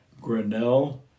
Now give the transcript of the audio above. Grinnell